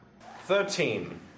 Thirteen